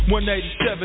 187